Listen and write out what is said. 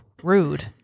rude